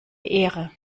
ehre